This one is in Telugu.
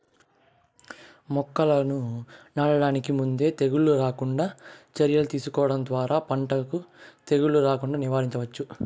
మొక్కలను నాటడానికి ముందే తెగుళ్ళు రాకుండా చర్యలు తీసుకోవడం ద్వారా పంటకు తెగులు రాకుండా నివారించవచ్చు